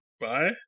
bye